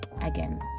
Again